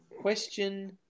Question